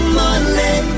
money